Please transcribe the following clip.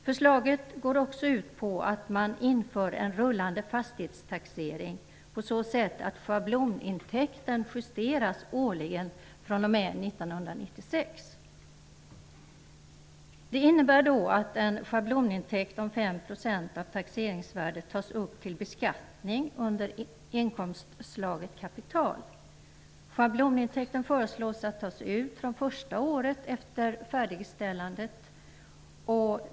Förslaget går också ut på att man inför en rullande fastighetstaxering på så sätt att schablonintäkten justeras årligen fr.o.m. Det innebär att en schablonintäkt om 5 % av taxeringsvärdet tas upp till beskattning under inkomstslaget kapital. Man förslår att schablonintäkten tas ut från första året efter färdigställandet.